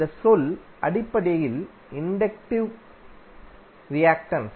இந்த சொல் அடிப்படையில் இண்டக்டிவ் ரியாக்டன்ஸ்